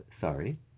sorry